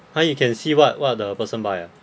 ha you can see what what the person buy ah